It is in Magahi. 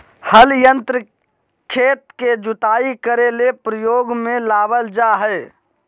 हल यंत्र खेत के जुताई करे ले प्रयोग में लाबल जा हइ